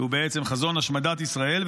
שהוא בעצם חזון השמדת ישראל,